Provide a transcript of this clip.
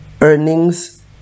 earnings